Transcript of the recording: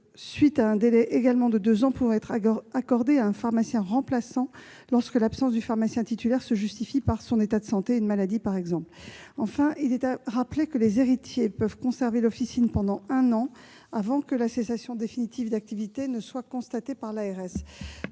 pendant lequel la gérance peut être accordée à un pharmacien remplaçant lorsque l'absence du pharmacien titulaire se justifie par son état de santé. Enfin, je rappelle que les héritiers peuvent conserver l'officine pendant un an avant que la cessation définitive d'activité ne soit constatée par l'ARS.